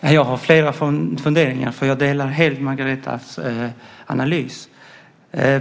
Fru talman! Jag har flera funderingar, för jag delar helt Margaretas analys.